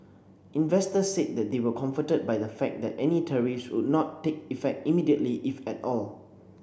investors said they were comforted by the fact that any tariffs would not take effect immediately if at all